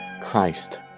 Christ